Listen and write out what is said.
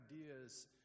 ideas